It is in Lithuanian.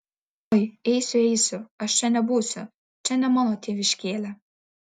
oi eisiu eisiu aš čia nebūsiu čia ne mano tėviškėlė